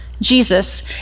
Jesus